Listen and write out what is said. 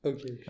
Okay